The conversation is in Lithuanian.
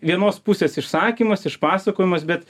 vienos pusės išsakymas išpasakojimas bet